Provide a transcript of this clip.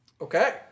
Okay